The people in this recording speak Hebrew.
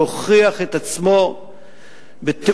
שהוכיח את עצמו בתעוזה,